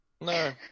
No